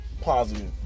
positive